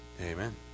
Amen